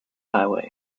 highway